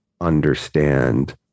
understand